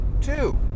two